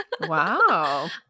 Wow